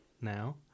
now